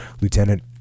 Lieutenant